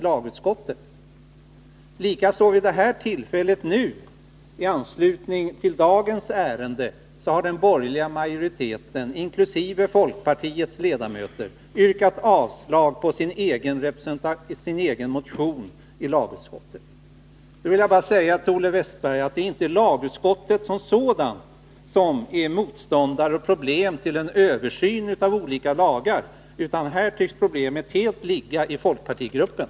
Detsamma har skett i dagens ärende. Där har den borgerliga majoriteten, inkl. folkpartiets ledamöter, i lagutskottet yrkat avslag på sin egen motion. Jag vill till Olle Wästberg bara säga att det alltså inte är lagutskottet som sådant som är motståndare till en översyn av olika lagar. Problemet tycks ligga helt inom folkpartigruppen.